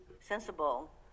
sensible